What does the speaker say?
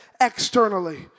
externally